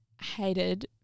hated